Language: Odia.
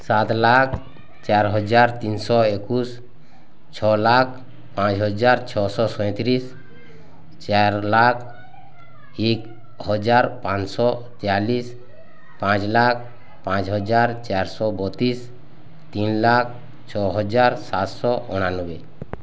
ସାତ୍ ଲାଖ୍ ଚାର୍ ହଜାର୍ ତିନିଶହ୍ ଏକୋଉଶ୍ ଛଅ ଲାଖ୍ ପାଞ୍ଚ୍ ହଜାର୍ ଛଅଶହ ସଇଁତିରିଶ୍ ଚାର୍ ଲାଖ୍ ଏକ୍ ହଜାର୍ ପାଞ୍ଚଶହ ତେୟାଳିଶ୍ ପାଞ୍ଚ୍ ଲାଖ୍ ପାଞ୍ଚ୍ ହଜାର୍ ଚାର୍ଶହ ବତିଶ ତିନ୍ ଲାଖ୍ ଛଅ ହଜାର୍ ସାତ୍ଶହ ଅଣାନବେ